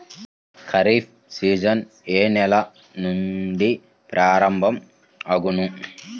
Kharif season ఏ నెల నుండి ప్రారంభం అగును?